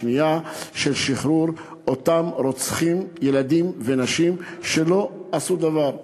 שחרור אותם רוצחי ילדים ונשים שלא עשו דבר.